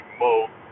mode